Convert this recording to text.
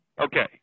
Okay